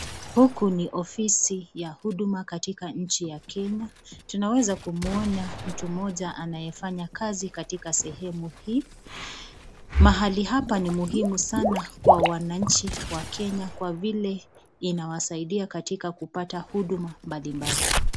Huku ni ofisi ya huduma ya Kenya, tunaweza kumwona mtu mmoja anayefanya kazi sehemu hii. Mahali hapa ni muhimu sana kwa wananchi wa Kenya kwa vile inawasaidia katika kupata huduma mbali mbali.